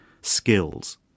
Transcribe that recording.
skills